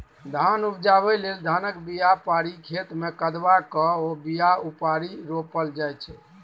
धान उपजाबै लेल धानक बीया पारि खेतमे कदबा कए ओ बीया उपारि रोपल जाइ छै